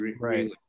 right